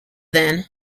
then